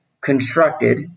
constructed